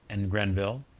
and grenville,